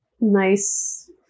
nice